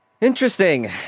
interesting